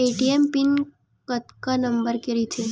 ATM PIN कतका number के रही थे?